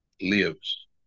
lives